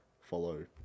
follow